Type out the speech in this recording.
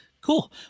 cool